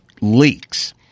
leaks